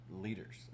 leaders